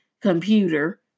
computer